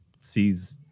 sees